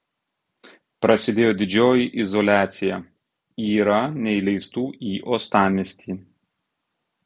prasidėjo didžioji izoliacija yra neįleistų į uostamiestį